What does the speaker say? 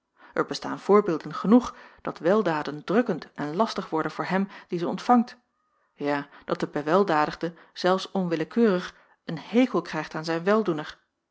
er bestaan voorbeelden genoeg dat weldaden drukkend en lastig worden voor hem die ze ontvangt ja dat de beweldadigde zelfs onwillekeurig een hekel krijgt aan zijn weldoener